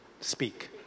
speak